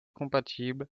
compatibles